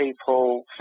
people